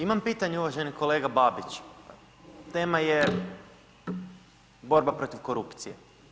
Imam pitanje uvaženi kolega Babić, tema je borba protiv korupcije.